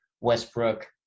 Westbrook